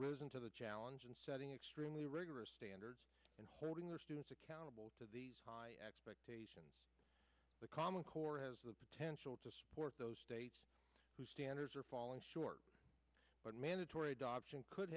risen to the challenge and setting extremely rigorous standards and holding their students accountable to these high expectations the common core has the potential to support those states standards are falling short but mandatory adoption could